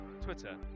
Twitter